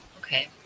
Okay